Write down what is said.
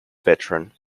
veteran